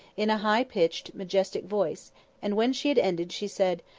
in a high-pitched, majestic voice and when she had ended, she said,